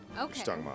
Okay